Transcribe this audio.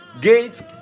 gates